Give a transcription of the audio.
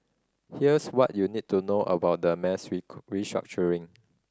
here's what you need to know about the mass restructuring